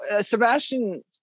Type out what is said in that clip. Sebastian